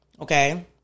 Okay